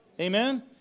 Amen